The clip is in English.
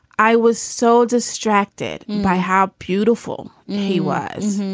i was so distracted by how beautiful he was.